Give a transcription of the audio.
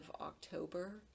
October